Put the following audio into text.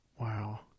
Wow